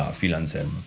ah phil anselmo